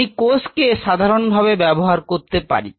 আমি কোষকে সাধারনভাবে ব্যাবহার করতে পারি